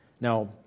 Now